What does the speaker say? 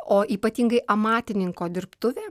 o ypatingai amatininko dirbtuvė